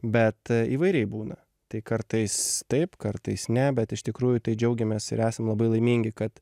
bet įvairiai būna tai kartais taip kartais ne bet iš tikrųjų tai džiaugiamės ir esam labai laimingi kad